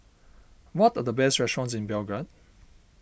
what are the best restaurants in Belgrade